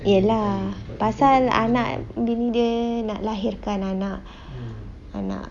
ya lah pasal anak dia nak lahirkan anak anak